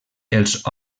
els